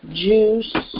juice